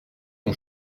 ton